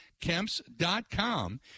KEMPS.com